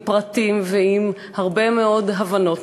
עם פרטים ועם הרבה מאוד הבנות,